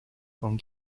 con